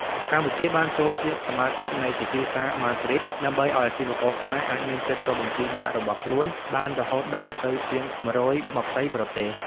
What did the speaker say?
កម្ពុជាបានចូលជាសមាជិកនៃ "ពិធីសារម៉ាឌ្រីដ" ដើម្បីឱ្យអាជីវករខ្មែរអាចមានសិទ្ធិចុះបញ្ជីម៉ាករបស់ខ្លួនបានរហូតដល់ទៅជាង ១២០ ប្រទេស។